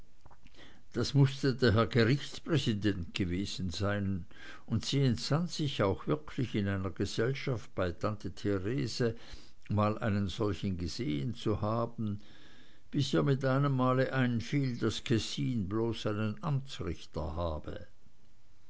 das mußte der herr gerichtspräsident gewesen sein und sie entsann sich auch wirklich in einer gesellschaft bei tante therese mal einen solchen gesehen zu haben bis ihr mit einem male einfiel daß kessin bloß einen amtsrichter habe